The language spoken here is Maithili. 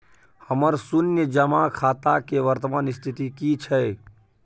हमर शुन्य जमा खाता के वर्तमान स्थिति की छै?